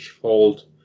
hold